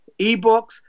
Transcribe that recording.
ebooks